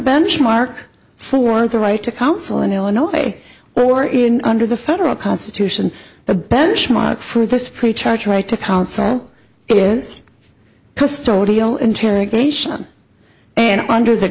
benchmark for the right to counsel in illinois or even under the federal constitution the benchmark for this pre charge right to counsel is custodial interrogation and under the